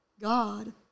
God